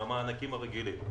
מהמענקים הרגילים.